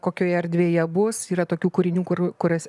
kokioje erdvėje bus yra tokių kūrinių kur kurias